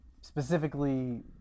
specifically